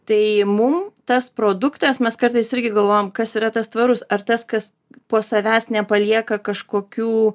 tai mum tas produktas mes kartais irgi galvojam kas yra tas tvarus ar tas kas po savęs nepalieka kažkokių